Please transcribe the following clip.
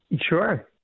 Sure